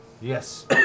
Yes